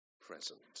present